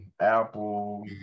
Apple